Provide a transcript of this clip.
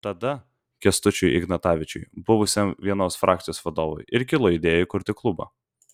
tada kęstučiui ignatavičiui buvusiam vienos frakcijos vadovui ir kilo idėja įkurti klubą